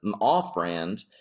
off-brand